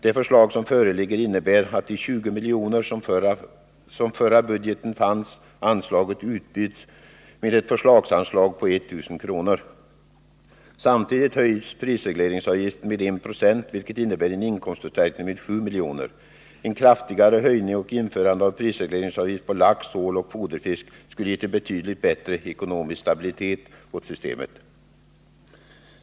Det förslag som föreligger innebär att de 20 miljoner som fanns i den förra budgeten utbyts mot ett förslagsanslag på 1000 kr. Samtidigt höjs prisregleringsavgiften med 1 96, vilket innebär en inkomstförstärkning med 7 miljoner. En kraftigare prishöjning och införande av prisregleringsavgift på lax, ål och foderfisk skulle ha gett en betydligt bättre ekonomisk stabilitet åt systemet.